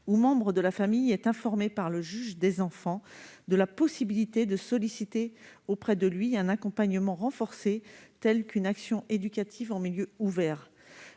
le membre de la famille est informé par le juge des enfants de la possibilité de solliciter auprès de lui un accompagnement renforcé, tel qu'une action éducative en milieu ouvert.